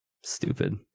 Stupid